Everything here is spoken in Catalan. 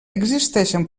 existeixen